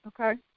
Okay